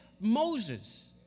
Moses